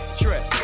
trip